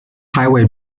highway